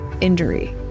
injury